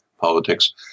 Politics